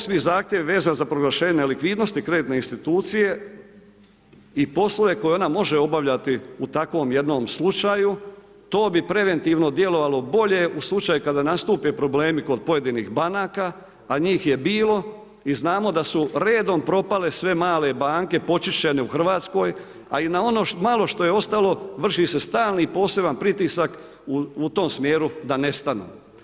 8. zahtjev vezan za proglašenje nelikvidnosti kreditne institucije i poslove koje ona može obavljati u takvom jednom slučaju, to bi preventivno djelovalo u slučaju kada nastupe problemi kod pojedinih banaka, a njih je bilo i znamo da su redom propale sve male banke počišćene u Hrvatskoj, a ono malo što je ostalo vrši se stalni poseban pritisak u tom smjeru da nestanu.